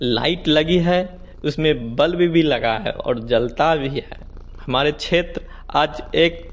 light लगी है उसमें बल्ब भी लगा है और जलता भी है हमारे क्षेत्र आज एक